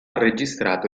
registrato